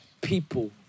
people